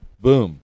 Boom